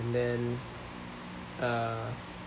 and then uh